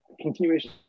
continuation